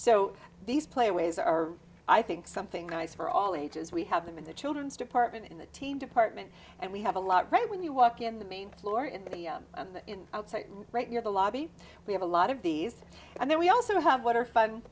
so these player ways are i think something nice for all ages we have them in the children's department in the team department and we have a lot right when you walk in the main floor in the outside right near the lobby we have a lot of these and then we also have what are fun